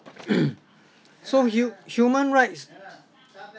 so hu~ human rights